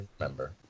remember